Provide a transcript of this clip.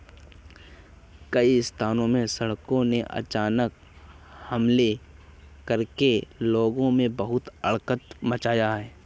कई स्थानों में सांडों ने अचानक हमले करके लोगों में बहुत आतंक मचाया है